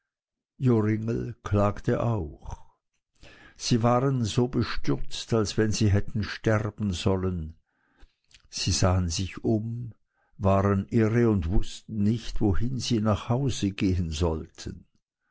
joringel klagte auch sie waren so bestürzt als wenn sie hätten sterben sollen sie sahen sich um waren irre und wußten nicht wohin sie nach hause gehen sollten